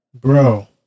bro